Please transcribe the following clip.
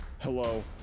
Hello